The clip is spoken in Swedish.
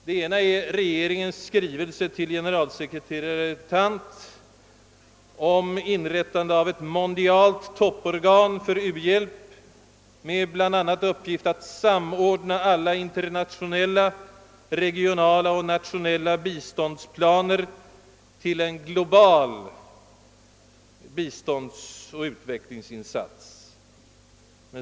Det ena är regeringens skrivelse till generalsekreterare U. Thant om inrättande av ett mondialt topporgan för uhjälp med bl.a. uppgiften att samordna alla internationella, regionala och nationella biståndsplaner till en global utvecklingsinsats.